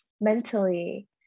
mentally